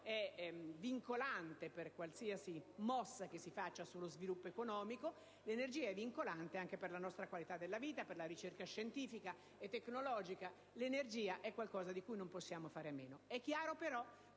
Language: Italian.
è vincolante per qualsiasi mossa che si faccia sullo sviluppo economico; l'energia è vincolante anche per la qualità della nostra vita, per la ricerca scientifica e tecnologica; è un qualcosa di cui non possiamo fare a meno. È chiaro però,